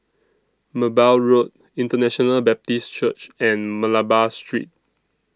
Merbau Road International Baptist Church and Malabar Street